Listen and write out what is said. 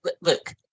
look